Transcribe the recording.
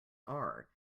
are